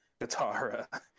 Katara